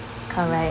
correct